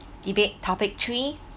debate topic three